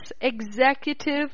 executive